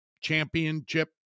championship